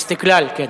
לא "נכבה"?